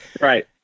Right